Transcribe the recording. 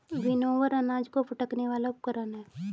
winnower अनाज को फटकने वाला उपकरण है